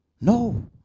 No